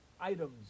items